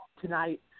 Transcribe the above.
tonight